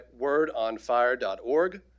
wordonfire.org